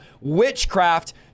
witchcraft